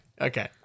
okay